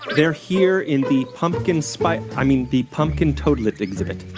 they're here in the pumpkin spice i mean the pumpkin toadlet exhibit